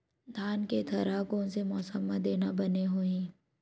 धान के थरहा कोन से मौसम म देना बने होही?